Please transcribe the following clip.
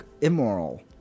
immoral